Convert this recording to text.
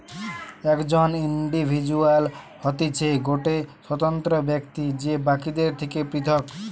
একজন ইন্ডিভিজুয়াল হতিছে গটে স্বতন্ত্র ব্যক্তি যে বাকিদের থেকে পৃথক